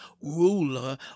ruler